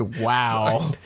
wow